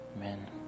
Amen